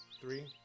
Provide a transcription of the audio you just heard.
Three